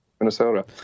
Minnesota